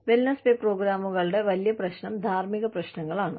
wellness pay പ്രോഗ്രാമുകളുടെ വലിയ പ്രശ്നം ധാർമ്മിക പ്രശ്നങ്ങളാണ്